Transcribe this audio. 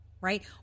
right